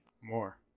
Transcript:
more